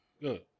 Good